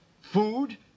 food